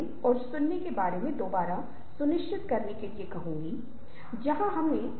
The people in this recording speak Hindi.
इसलिए हम जो करना चाहते हैं वह उन विभिन्न चीजों को रेखांकित करने से शुरू होता है जिन्हें हम एक साथ करने जा रहे हैं